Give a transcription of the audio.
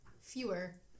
fewer